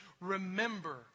Remember